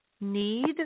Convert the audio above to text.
need